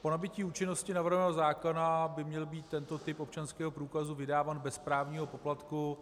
Po nabytí účinnosti navrhovaného zákona by měl být tento typ občanského průkazu vydáván bez správního poplatku.